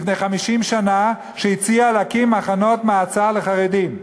לפני 50 שנה, שהציע להקים מחנות מעצר לחרדים,